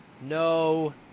No